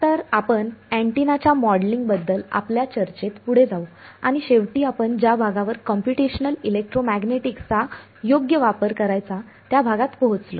तर आपण अँटिनाच्या मॉडेलिंगबद्दल आपल्या चर्चेत पुढे जाऊ आणि शेवटी आपण ज्या भागावर कॉम्प्यूटेशनल इलेक्ट्रोमॅग्नेटिक्सचा योग्य वापर करायचा त्या भागात पोहोचलो